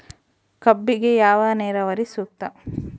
ಕಬ್ಬಿಗೆ ಯಾವ ನೇರಾವರಿ ಸೂಕ್ತ?